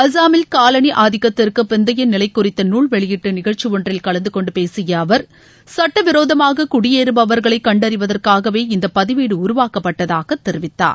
அசாமில் காலணி ஆதிக்கத்திற்கு பிந்தைய நிலை குறித்த நூல் வெளியிட்டு நிகழ்ச்சி ஒன்றில் கலந்து கொண்டு பேசிய அவர் சுட்ட விரோதமாக குடியேறுபவர்களை கண்டறிவதற்காகவே இந்த பதிவேடு உருவாக்கப்பட்டதாக தெரிவித்தார்